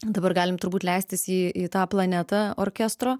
dabar galim turbūt leistis į į tą planetą orkestro